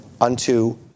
unto